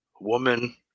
woman